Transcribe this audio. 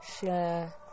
share